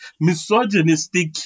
misogynistic